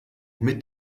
mit